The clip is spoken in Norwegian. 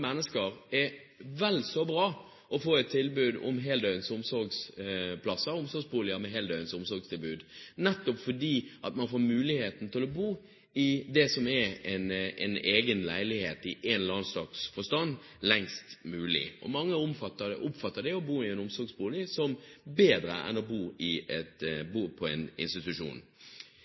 mennesker er vel så bra å få et tilbud om heldøgns omsorgsplass, nettopp fordi man får muligheten til å bo i det som er en egen leilighet i en eller annen forstand, lengst mulig, og mange oppfatter det å bo i en omsorgsbolig som bedre enn å bo på en institusjon.